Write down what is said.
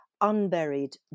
unburied